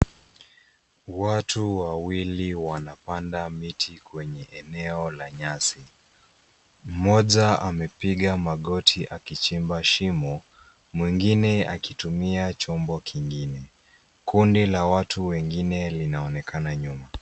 Watu wawili wanapanda miti kwenye eneo la nyasi. Mmoja amepiga magoti akichimba shimo, mwingine akitumia chombo kingine. Kundi la watu wengine linaonekana nyuma.